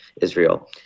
Israel